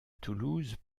toulouse